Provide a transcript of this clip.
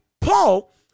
Paul